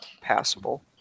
passable